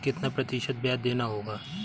कितना प्रतिशत ब्याज देना होगा?